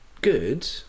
good